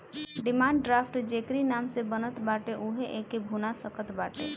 demand draft जेकरी नाम से बनत बाटे उहे एके भुना सकत बाटअ